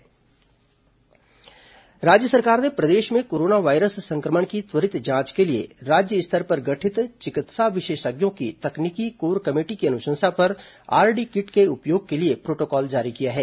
corona RD kit राज्य सरकार ने प्रदेश में कोरोना वायरस संक्रमण की त्वरित जांच के लिए राज्य स्तर पर गठित चिकित्सा विशेषज्ञों की तकनीकी कोर कमेटी की अनुशंसा पर आरडी किट के उपयोग के लिए प्रोटोकॉल जारी किया है